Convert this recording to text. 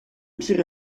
pire